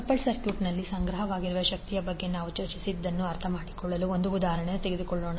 coupled ಸರ್ಕ್ಯೂಟ್ನಲ್ಲಿ ಸಂಗ್ರಹವಾಗಿರುವ ಶಕ್ತಿಯ ಬಗ್ಗೆ ನಾವು ಚರ್ಚಿಸಿದ್ದನ್ನು ಅರ್ಥಮಾಡಿಕೊಳ್ಳಲು ಒಂದು ಉದಾಹರಣೆಯನ್ನು ತೆಗೆದುಕೊಳ್ಳೋಣ